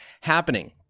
happening